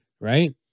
Right